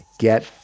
Get